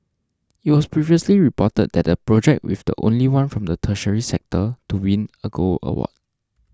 it was previously reported that the project with the only one from the tertiary sector to win a gold award